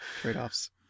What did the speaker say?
trade-offs